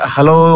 Hello